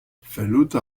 fellout